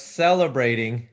celebrating